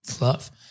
love